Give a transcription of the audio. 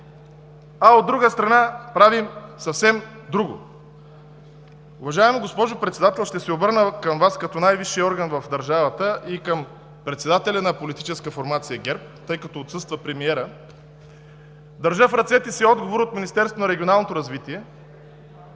а, от друга страна, правим съвсем друго.“